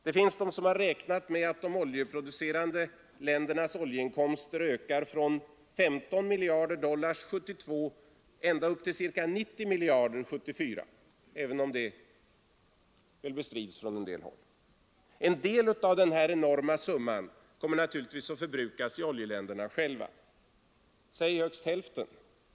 Det finns de som räknat med att de oljeproducerande ländernas oljeinkomster skall öka från 15 miljarder dollar år 1972 ända upp till ca 90 miljarder dollar år 1974, även om detta bestrids från andra håll. En del av denna enorma summa kommer naturligtvis att förbrukas i oljeländerna själva. Säg högst hälften.